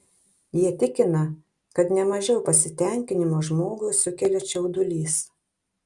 jie tikina kad ne mažiau pasitenkinimo žmogui sukelia čiaudulys